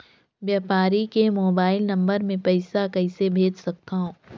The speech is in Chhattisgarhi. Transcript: व्यापारी के मोबाइल नंबर मे पईसा कइसे भेज सकथव?